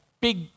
big